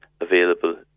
available